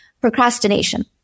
Procrastination